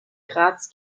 graz